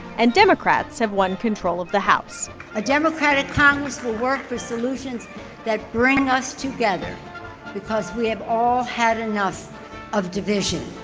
and democrats have won control of the house a democratic congress will work for solutions that bring us together because we have all had enough of division